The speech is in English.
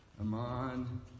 Amon